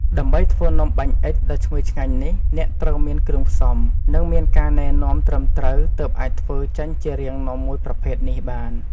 ដើម្បីធ្វើនំបាញ់អុិចដ៏ឈ្ងុយឆ្ងាញ់នេះ អ្នកត្រូវមានគ្រឿងផ្សំ និងមានការណែនាំត្រឹមត្រូវទើបអាចធ្វើចេញជារាងនាំមួយប្រភេទនេះបាន។